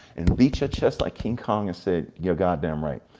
and beat your chest like king kong and say, you're god damn right.